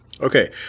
Okay